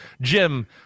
Jim